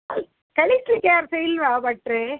ಕಳಿಸಲಿಕ್ಕೆ ಯಾರು ಸಹ ಇಲ್ವಾ ಭಟ್ರೇ